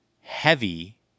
heavy